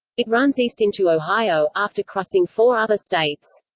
it runs east into ohio, after crossing four other states.